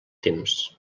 temps